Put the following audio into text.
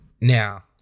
Now